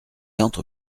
entre